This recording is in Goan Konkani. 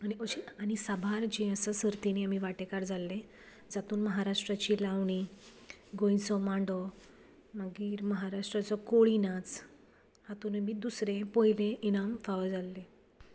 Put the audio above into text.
आनी अशीं साबार जी आसा सर्तींनी आमी वांटेकार जाल्ले तातूंत महाराष्ट्राची लावणी गोंयचो मांडो मागीर म्हाराष्ट्राचो कोळी नाच हातूंत दुसरें पयलें इनाम फावो जाल्लें